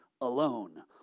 alone